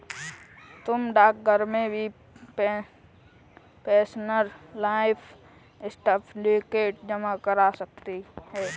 तुम डाकघर में भी पेंशनर लाइफ सर्टिफिकेट जमा करा सकती हो